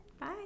Bye